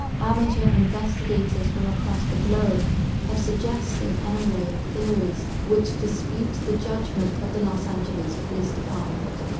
amateur investigators from across the globe have suggested an array of theories which dispute the judgement of the los angeles' police department.